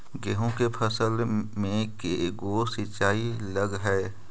गेहूं के फसल मे के गो सिंचाई लग हय?